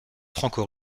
franco